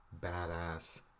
badass